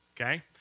Okay